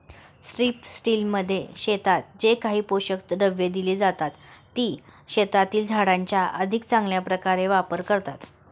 स्ट्रिपटिलमध्ये शेतात जे काही पोषक द्रव्ये दिली जातात, ती शेतातील झाडांचा अधिक चांगल्या प्रकारे वापर करतात